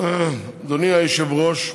אדוני היושב-ראש,